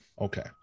okay